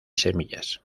semillas